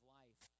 life